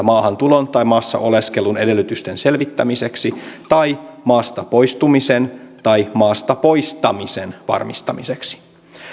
maahantulon tai maassa oleskelun edellytysten selvittämiseksi tai maasta poistumisen tai maasta poistamisen varmistamiseksi